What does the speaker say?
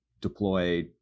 deploy